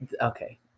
okay